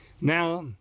Now